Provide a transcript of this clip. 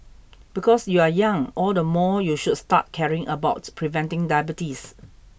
because you are young all the more you should start caring about preventing diabetes